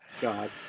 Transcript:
God